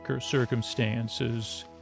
circumstances